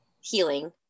healing